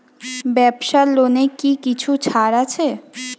ব্যাবসার লোনে কি কিছু ছাড় আছে?